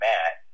Matt